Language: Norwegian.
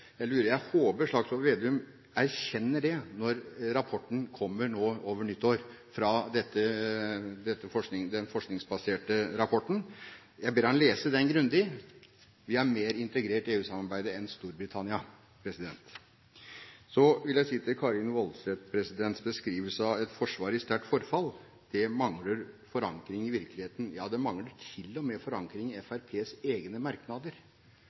Jeg håper representanten Slagsvold Vedum erkjenner det når den forskningsbaserte rapporten kommer over nyttår. Jeg ber ham lese den grundig. Vi er mer integrert i EU-samarbeidet enn Storbritannia. Så vil jeg si til Karin S. Woldseths beskrivelse av et forsvar i sterkt forfall at det mangler forankring i virkeligheten. Det mangler til og med forankring i Fremskrittspartiets egne merknader.